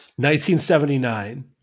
1979